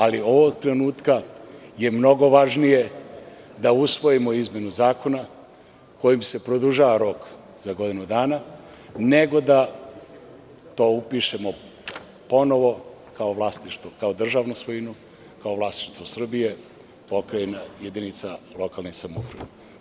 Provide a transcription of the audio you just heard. Ali, ovog trenutka je mnogo važnije da usvojimo izmenu zakona kojim se produžava rok za godinu dana, nego da to upišemo ponovo kao vlasništvo, kao državnu svojinu, kao vlasništvo Srbije, pokrajine, jedinica lokalnih samouprava.